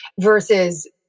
versus